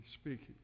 speaking